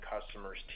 customers